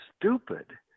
stupid